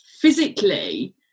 physically